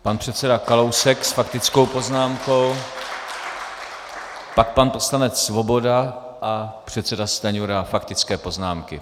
Pan předseda Kalousek s faktickou poznámkou, pak pan poslanec Svoboda a předseda Stanjura, faktické poznámky.